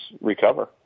recover